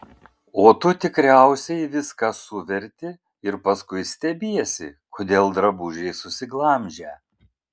o tu tikriausiai viską suverti ir paskui stebiesi kodėl drabužiai susiglamžę